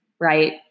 right